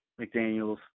McDaniels